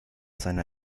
seiner